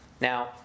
Now